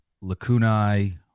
lacunae